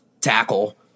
tackle